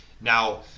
Now